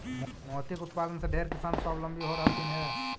मोती के उत्पादन से ढेर किसान स्वाबलंबी हो रहलथीन हे